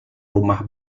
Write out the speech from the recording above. rumah